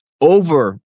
Over